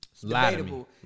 Debatable